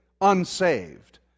unsaved